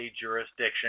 jurisdiction